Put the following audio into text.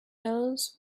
knows